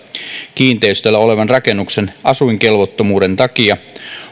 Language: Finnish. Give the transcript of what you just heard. kiinteistöllä olevan rakennuksen asuinkelvottomuuden takia